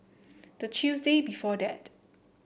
the Tuesday before that